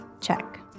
check